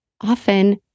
often